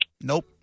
Nope